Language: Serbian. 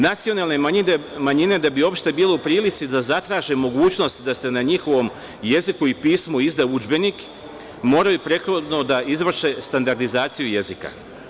Nacionalne manjine da bi uopšte bile u prilici da zatraže mogućnost da se na njihovom jeziku i pismu izda udžbenik, moraju prethodno da izvrše standardizaciju jezika.